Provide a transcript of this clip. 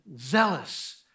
zealous